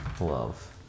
Love